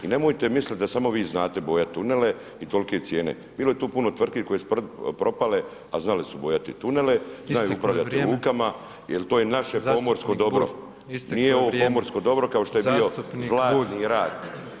I nemojte misliti da samo vi znate bojati tunele i tolike cijene, bilo bi tu puno tvrtki koje su propale a znale su bojati tunele, [[Upadica Petrov: Isteklo je vrijeme.]] znaju upravljati lukama jer to je naše pomorsko dobro [[Upadica Petrov: Zastupnik Bulj, isteklo je vrijeme.]] Nije ovo pomorsko dobro kao što je bio Zlatni rat.